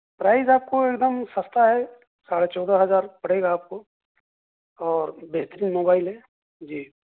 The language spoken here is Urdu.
پرائز آپ کو ایک دم سستا ہے ساڑھے چودہ ہزار پڑے گا آپ کو اور بہترین موبائل ہے جی